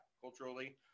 culturally